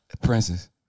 Princess